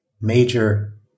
major